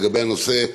לגבי הנושא,